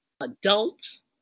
adults